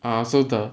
ah so the